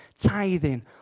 tithing